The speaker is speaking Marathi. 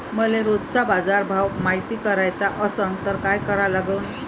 मले रोजचा बाजारभव मायती कराचा असन त काय करा लागन?